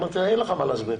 אמרתי לו: אין לך מה להסביר,